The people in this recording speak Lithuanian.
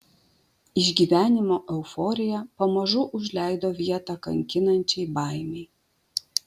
išgyvenimo euforija pamažu užleido vietą kankinančiai baimei